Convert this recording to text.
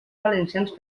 valencians